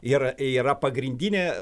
ir yra pagrindinė